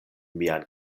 mian